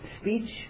speech